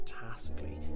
fantastically